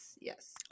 Yes